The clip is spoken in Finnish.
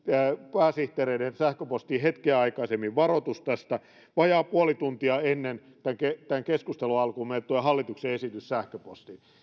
pääsihteereiden sähköpostiin hetkeä aikaisemmin varoitus tästä vajaa puoli tuntia ennen tämän keskustelun alkua meille tulee hallituksen esitys sähköpostiin